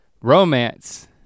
Romance